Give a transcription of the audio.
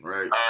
Right